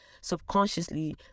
subconsciously